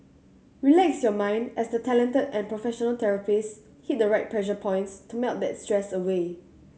relax your mind as the talented and professional therapists hit the right pressure points to melt that stress away